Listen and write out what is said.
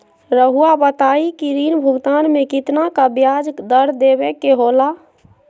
रहुआ बताइं कि ऋण भुगतान में कितना का ब्याज दर देवें के होला?